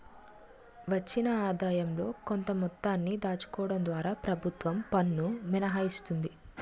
వచ్చిన ఆదాయంలో కొంత మొత్తాన్ని దాచుకోవడం ద్వారా ప్రభుత్వం పన్ను మినహాయిస్తుంది